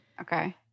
Okay